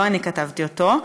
לא אני כתבתי אותו.